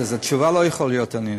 אז התשובה לא יכולה להיות עניינית.